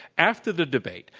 after the debate,